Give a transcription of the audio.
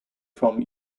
from